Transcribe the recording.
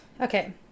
Okay